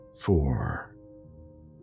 four